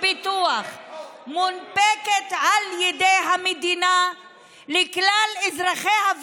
ביטוח המונפקת על ידי המדינה לכלל אזרחיה,